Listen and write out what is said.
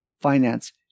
finance